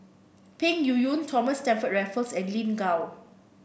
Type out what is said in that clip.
Peng Yuyun Thomas Stamford Raffles and Lin Gao